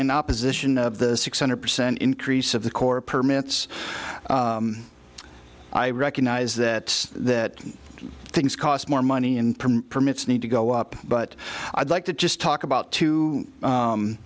in opposition of the six hundred percent increase of the core permits i recognize that that things cost more money in permits need to go up but i'd like to just talk about two